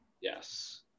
Yes